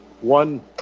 one